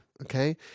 Okay